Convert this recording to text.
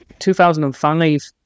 2005